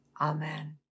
Amen